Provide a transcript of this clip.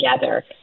together